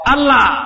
Allah